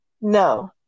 No